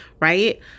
right